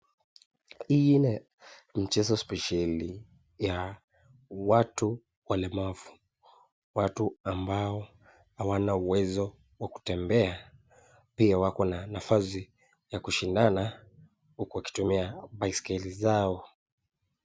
Hii ni mchezo ya watu specieli ya watu walemavu ni watu ambao hawana uwezo wa kutembea pia wako na nafasi ya kushindana wakitumia baiskeli zao .